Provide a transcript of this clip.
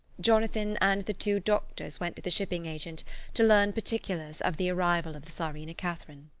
jonathan and the two doctors went to the shipping agent to learn particulars of the arrival of the czarina catherine.